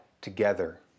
together